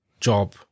job